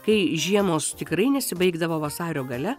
kai žiemos tikrai nesibaigdavo vasario gale